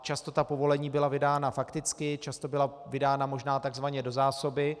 Často ta povolení byla vydána fakticky, často byla vydána tzv. do zásoby.